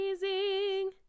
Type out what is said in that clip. amazing